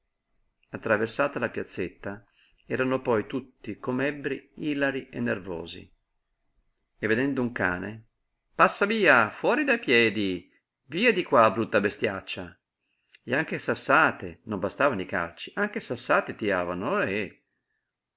attraversata la piazzetta erano poi tutti com'ebbri ilari e nervosi e vedendo un cane passa via fuori dai piedi via di qua brutta bestiaccia e anche sassate non bastavano i calci anche sassate tiravano ohé per